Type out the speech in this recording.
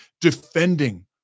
defending